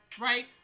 Right